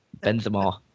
Benzema